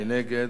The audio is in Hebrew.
מי נגד?